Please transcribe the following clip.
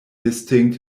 distinct